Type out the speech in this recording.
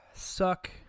suck